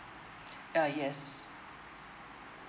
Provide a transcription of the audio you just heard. uh yes